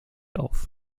auf